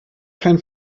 kein